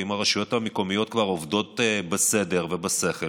אם הרשויות המקומיות כבר עובדות בסדר ובשכל,